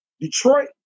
Detroit